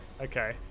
Okay